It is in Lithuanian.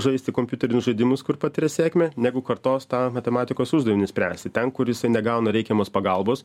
žaisti kompiuterinius žaidimus kur patiria sėkmę negu kartos tą matematikos uždavinį spręsti ten kur jisai negauna reikiamos pagalbos